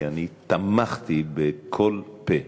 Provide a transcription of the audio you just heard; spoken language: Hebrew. כי אני תמכתי בכל פה.